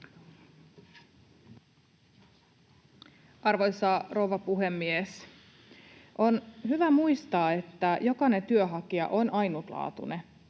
Arvoisa rouva puhemies! On hyvä muistaa, että jokainen työnhakija on ainutlaatuinen